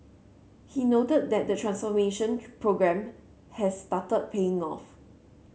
he noted that the transformation programme has started paying off